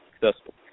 successful